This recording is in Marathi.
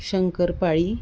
शंकरपाळी